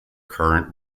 current